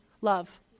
love